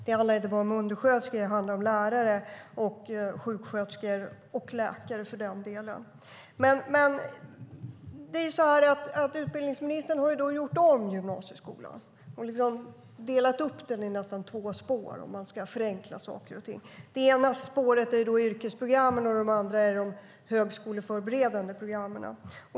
Det handlar inte bara om undersköterskor utan också om lärare, sjuksköterskor och även läkare. Utbildningsministern har gjort om gymnasieskolan och, lite förenklat, delat upp den i två spår. Det ena spåret är yrkesprogrammen, och det andra är de högskoleförberedande programmen.